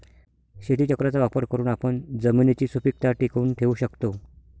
शेतीचक्राचा वापर करून आपण जमिनीची सुपीकता टिकवून ठेवू शकतो